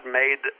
made